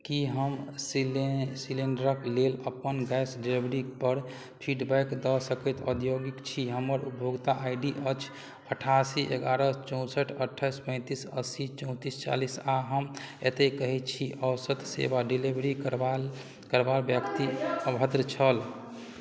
कि हम सिले सिलेण्डरके लेल अपन गैस डिलेवरीपर फीडबैक दऽ सकै औद्योगिक छी हमर उपभोक्ता आइ डी अछि अठासी एगारह चौँसठि अठाइस पैँतिस अस्सी चौँतिस चालीस आओर हम एतए कहै छी औसत सेवा डिलेवरी करबाल करबा व्यक्ति अभद्र छल